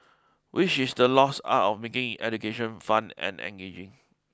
which is the lost art of making education fun and engaging